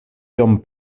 iom